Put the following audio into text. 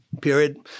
Period